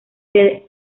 tel